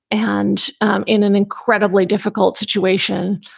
and in an incredibly difficult situation,